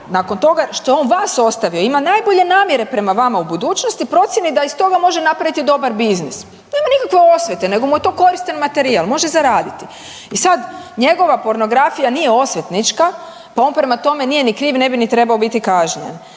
nakon toga što je on vas ostavio i ima najbolje namjere prema vama u budućnosti procijeni da iz toga može napraviti dobar biznis. Nema nikakve osvete, nego mu je to koristan materijal može zaraditi. I sad njegova pornografija nije osvetnička pa on prema tome nije ni kriv, ne bi ni trebao biti kažnjen.